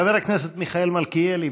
חבר הכנסת מיכאל מלכיאלי,